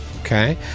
Okay